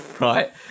Right